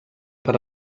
per